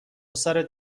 سرت